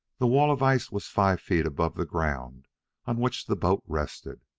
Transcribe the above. the wall of ice was five feet above the ground on which the boat rested.